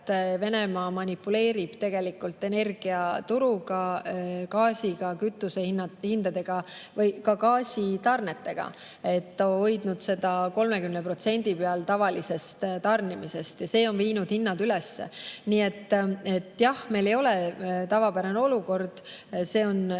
Venemaa manipuleerib energiaturuga, gaasiga, kütusehindadega, ka gaasitarnetega. Ta on hoidnud seda 30% peal tavalisest tarnimisest ja see on viinud hinnad üles. Nii et jah, meil ei ole tavapärane olukord, see on